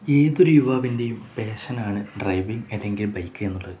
ഏതൊരു യുവാവിൻ്റെയും പാഷനാണ് ഡ്രൈവിംഗ് അല്ലെങ്കിൽ ബൈക്ക് എന്നുള്ളത്